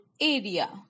area